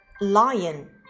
lion